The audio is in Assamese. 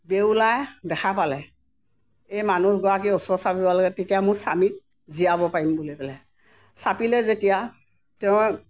বেউলাই দেখা পালে এই মানুহগৰাকীৰ ওচৰ চাপিব লাগে তেতিয়া মোৰ স্বামীক জীয়াব পাৰিম বুলি ক'লে চাপিলে যেতিয়া তেওঁ